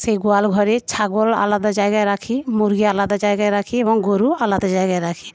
সেই গোয়ালঘরে ছাগল আলাদা জায়গায় রাখি মুরগি আলাদা জায়গায় রাখি এবং গরু আলাদা জায়গায় রাখি